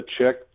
check